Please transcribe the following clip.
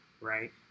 right